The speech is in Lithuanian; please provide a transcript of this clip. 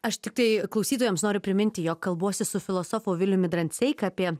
aš tiktai klausytojams noriu priminti jog kalbuosi su filosofu viliumi dranseika apie